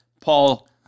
Paul